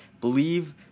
Believe